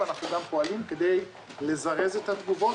ואנחנו גם פועלים כדי לזרז את התגובות.